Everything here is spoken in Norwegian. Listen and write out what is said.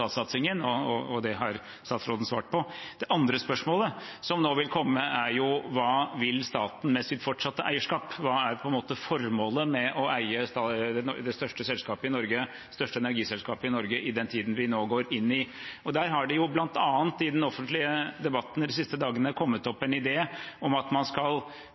og det har statsråden svart på. Det andre spørsmålet som nå vil komme, er: Hva vil staten med sitt fortsatte eierskap? Hva er formålet med å eie det største energiselskapet i Norge i den tiden vi nå går inn i? I den offentlige debatten har det de siste dagene bl.a. kommet opp en idé om at man skal